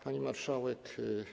Pani Marszałek!